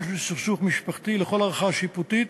של סכסוך משפחתי לכל ערכאה שיפוטית,